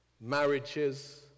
marriages